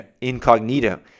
Incognito